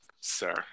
sir